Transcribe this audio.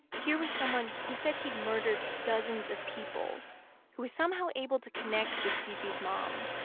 here was someone who said he'd murdered dozens of people who was somehow able to connect with cc's mom,